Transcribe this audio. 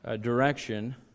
direction